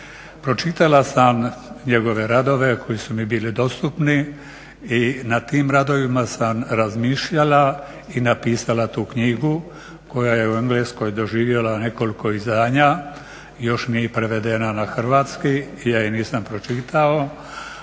Pročitala sam njegove radove koji su mi bili dostupni i na tim radovima sam razmišljala i napisala tu knjigu koja je u Engleskoj doživjela nekoliko izdanja, još nije prevedena na hrvatski. Ja je nisam pročitao,